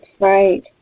Right